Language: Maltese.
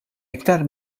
iktar